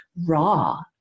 raw